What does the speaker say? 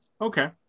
Okay